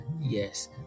Yes